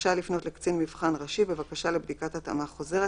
רשאי לפנות לקצין מבחן ראשי בבקשה לבדיקת התאמה חוזרת